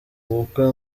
ubukwe